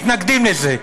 מתנגדים לזה.